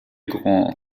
grand